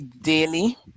daily